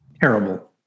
terrible